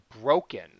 broken